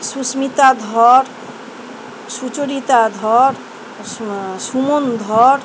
সুস্মিতা ধর সুচরিতা ধর সুমন ধর